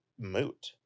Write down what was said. moot